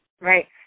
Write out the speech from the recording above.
right